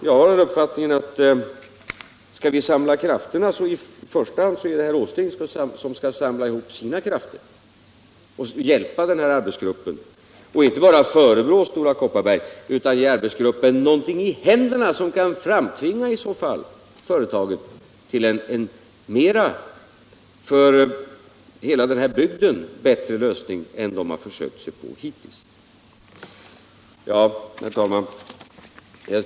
Om vi skall samla krafterna så är det i första hand herr Åsling som skall samla sina och inte bara förebrå Stora Kopparberg utan ge arbetsgruppen någonting i händerna som kan tvinga företaget till en för hela denna bygd bättre lösning än det försökt sig på hittills. Herr talman!